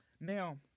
now